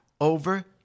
over